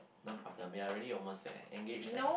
no problem we are already almost there engage [liao]